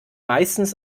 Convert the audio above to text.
meistens